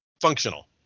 functional